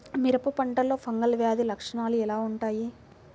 మిరప పంటలో ఫంగల్ వ్యాధి లక్షణాలు ఎలా వుంటాయి?